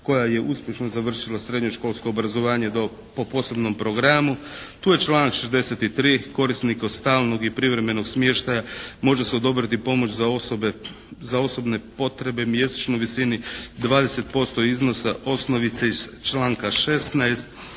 koja je uspješno završila srednjoškolsko obrazovanje po posebnom programu. Tu je članak 63.: "Korisnik stalnog i privremenog smještaja može se odobriti pomoć za osobne potrebe u mjesečnoj visini 20% iznosa osnovice iz članka 16."